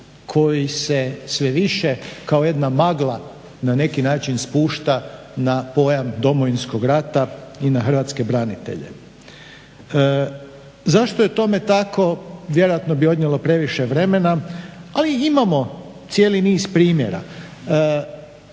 koji se sve više kao jedna magla na neki način spušta na pojam Domovinskog rata i na hrvatske branitelje. Zašto je tome tako vjerojatno bi odnijelo previše vremena, ali imamo cijeli niz primjera.